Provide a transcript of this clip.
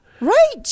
Right